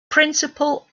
principle